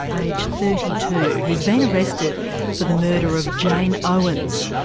aged thirty two, who's been arrested for the murder of jane owens,